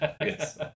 Yes